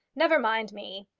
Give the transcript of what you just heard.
never mind me.